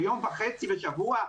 ליום וחצי בשבוע?